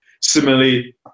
Similarly